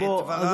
חברת